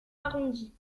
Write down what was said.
arrondie